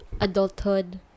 adulthood